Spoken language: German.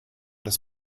das